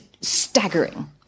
staggering